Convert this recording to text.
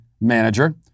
manager